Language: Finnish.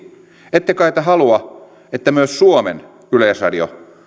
ette kai te halua että myös suomen yleisradio